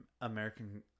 American